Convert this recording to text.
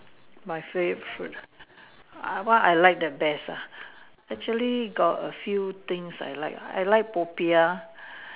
my favourite food what I like the best ah actually got a few things I like lah I like popiah